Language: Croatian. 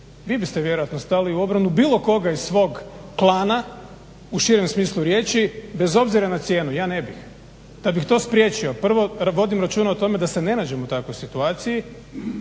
Vi biste vjerojatno stali u obranu bilo koga iz svog klana u širem smislu riječi bez obzira na cijenu. Ja ne bih! Da bih to spriječio prvo vodim računa o tome da se ne nađem u takvoj situaciji.